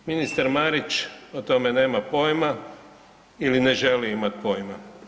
Ministar Marić o tome nema pojma ili ne želi imat pojma.